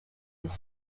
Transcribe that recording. this